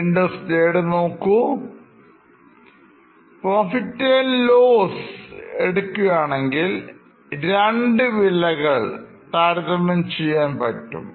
PL എടുക്കുകയാണെങ്കിൽ രണ്ട് വിലകൾ താരതമ്യം ചെയ്യാൻ പറ്റും